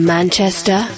Manchester